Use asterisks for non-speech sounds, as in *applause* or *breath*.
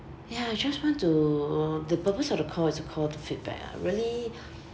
ya I just want to the purpose of the call is to call to feedback ah really *breath*